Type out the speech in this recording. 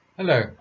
Hello